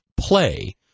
play